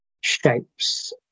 shapes